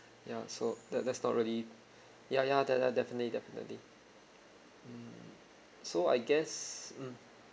ya so that that's not really ya ya that def~ def~ definitely definitely so I guess mm